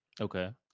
okay